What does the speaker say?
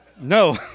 No